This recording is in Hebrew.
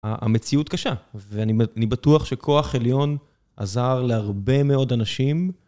המציאות קשה, ואני בטוח שכוח עליון עזר להרבה מאוד אנשים.